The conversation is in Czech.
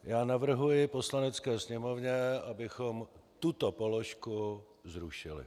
Já navrhuji Poslanecké sněmovně, abychom tuto položku zrušili.